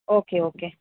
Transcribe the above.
okay okay